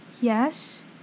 Yes